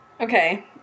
okay